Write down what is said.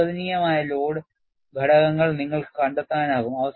അനുവദനീയമായ ലോഡ് ഘടകങ്ങൾ നിങ്ങൾക്ക് കണ്ടെത്താനാകും